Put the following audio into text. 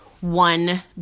One